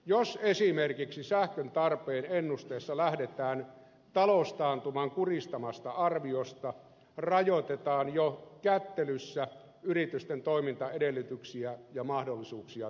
jos esimerkiksi sähkön tarpeen ennusteessa lähdetään taloustaantuman kuristamasta arviosta rajoitetaan jo kättelyssä yritysten toimintaedellytyksiä ja mahdollisuuksia työllistää